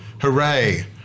hooray